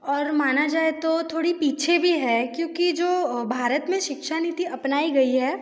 और माना जाए तो थोड़ी पीछे भी है क्योंकि जो भारत में शिक्षा नीति अपनाई गई है